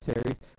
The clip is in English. Series